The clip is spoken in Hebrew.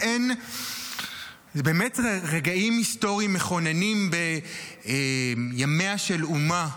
אלה באמת רגעים היסטוריים מכוננים בימיה של אומה,